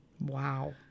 Wow